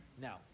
now